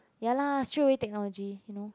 ya lah straight away technology you know